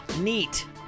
Neat